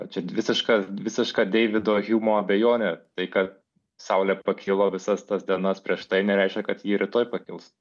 čia visiška visiška deivido hiumo abejonė tai kad saulė pakilo visas tas dienas prieš tai nereiškia kad ji rytoj pakils